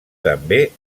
també